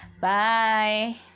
bye